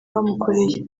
bamukoreye